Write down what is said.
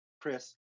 Chris